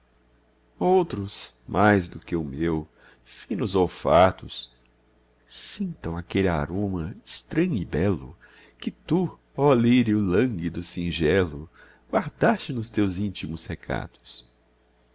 outros mais do que o meu finos olfatos sintam aquele aroma estranho e belo que tu ó lírio lânguido singelo guardaste nos teus íntimos recatos